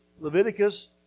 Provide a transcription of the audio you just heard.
Leviticus